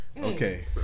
Okay